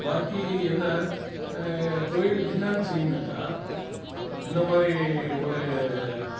பாக்கி என்ன தொழில் என்னனு செய்யுனும்னாக்கா இந்தமாதிரி ஒரு